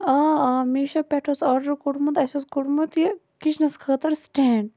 آ آ میشو پٮ۪ٹھ اوس آرڈَر کوٚڑمُت اسہِ اوس کوٚڑمُت یہٕ کِچنَس خٲطرٕ سٹینٛڈ